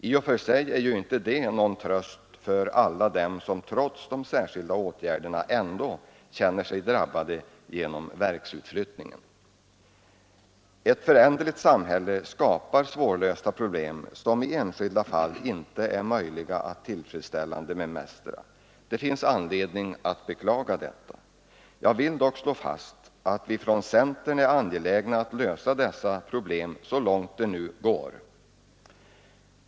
I och för sig är ju inte det någon tröst för alla dem som trots de särskilda åtgärderna ändå känner sig drabbade genom verksutflyttningen. Ett föränderligt samhälle skapar svårlösta problem, som i enskilda fall inte är möjliga att tillfredsställande bemästra. Det finns anledning att beklaga detta. Jag vill dock slå fast att vi från centern är angelägna om att lösa dessa problem så långt det går.